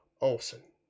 Olson